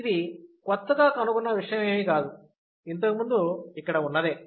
ఇది కొత్తగా కనుగొన్న విషయం ఏమీ కాదు ఇంతకు ముందు ఇక్కడ ఉన్నదే